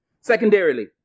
Secondarily